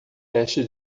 teste